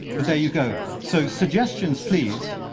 but there you go. so suggestions, please,